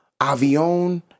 Avion